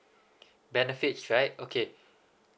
benefits right okay